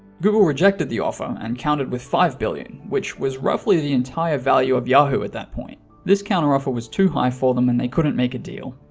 google rejected the offer and countered with five billion which was roughly the entire value of yahoo at that point. this counteroffer was too high for them and they couldn't make a deal.